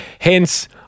Hence